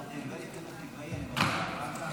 חבר הכנסת רון כץ.